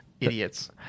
Idiots